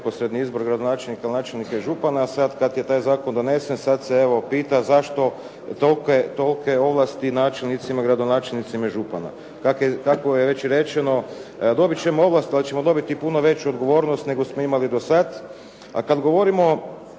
neposredni izbor gradonačelnika, načelnika i župana, a sad kad je taj zakon donesen, sad se evo pita zašto tolike ovlasti načelnicima, gradonačelnicima i županima. Dakle, tako je već rečeno, dobiti ćemo ovlast pa ćemo dobiti i puno veću odgovornost nego smo imali do sad, a kad govorimo